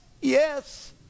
yes